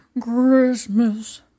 Christmas